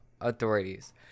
authorities